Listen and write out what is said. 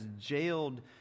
jailed